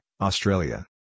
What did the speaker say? Australia